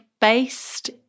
based